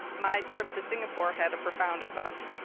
my trip to singapore had a profound effect.